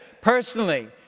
personally